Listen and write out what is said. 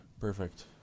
Perfect